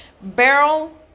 barrel